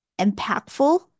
impactful